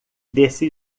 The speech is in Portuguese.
desse